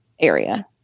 area